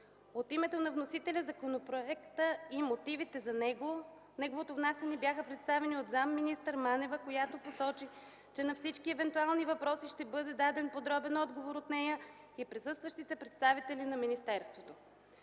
От името на вносителя законопроектът и мотивите за неговото внасяне бяха представени от заместник-министър Манева, която посочи, че на всички евентуални въпроси ще бъде даден подробен отговор от нея и присъстващите представители на министерството.